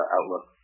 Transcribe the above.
Outlook